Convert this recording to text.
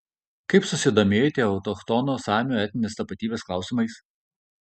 kaip susidomėjote autochtonų samių etninės tapatybės klausimais